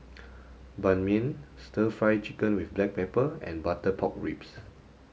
ban mian stir fry chicken with black pepper and butter pork ribs